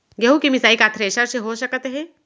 गेहूँ के मिसाई का थ्रेसर से हो सकत हे?